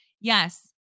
Yes